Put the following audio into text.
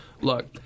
Look